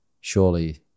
surely